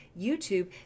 YouTube